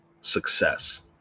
Success